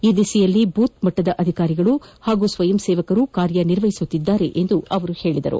ಈ ದಿಸೆಯಲ್ಲಿ ಬೂತ್ ಮಟ್ಟದ ಅಧಿಕಾರಿಗಳು ಹಾಗೂ ಸ್ವಯಂ ಸೇವಕರು ಕಾರ್ಯ ನಿರ್ವಹಿಸುತ್ತಿದ್ದಾರೆ ಎಂದು ಅವರು ಹೇಳಿದರು